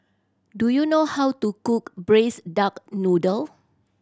do you know how to cook Braised Duck Noodle